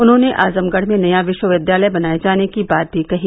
उन्होंने आजमगढ़ में नया विश्वविद्यालय बनाये जाने की बात भी कही